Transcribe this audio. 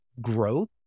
growth